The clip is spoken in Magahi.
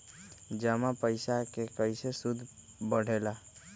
जमा पईसा के कइसे सूद बढे ला?